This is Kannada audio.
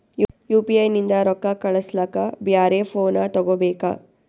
ಯು.ಪಿ.ಐ ನಿಂದ ರೊಕ್ಕ ಕಳಸ್ಲಕ ಬ್ಯಾರೆ ಫೋನ ತೋಗೊಬೇಕ?